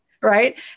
right